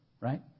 right